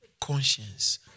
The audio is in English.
conscience